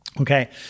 Okay